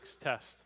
test